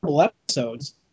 episodes